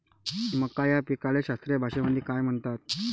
मका या पिकाले शास्त्रीय भाषेमंदी काय म्हणतात?